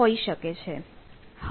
હોઈ શકે છે